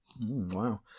Wow